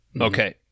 Okay